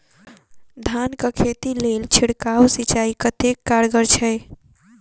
धान कऽ खेती लेल छिड़काव सिंचाई कतेक कारगर छै?